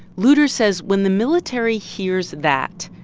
luders says when the military hears that,